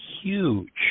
huge